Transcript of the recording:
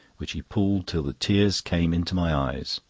which he pulled till the tears came into my eyes.